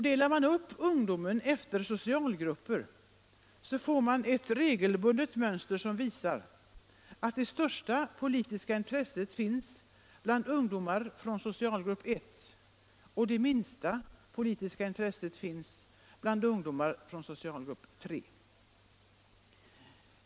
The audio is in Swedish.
Delar man upp ungdomarna efter socialgrupp får man ett regelbundet mönster som visar att det största politiska intresset finns bland ungdomar i socialgrupp 1 och det minsta politiska intresset bland ungdomar i socialgrupp 3.